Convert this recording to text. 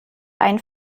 einen